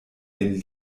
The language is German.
den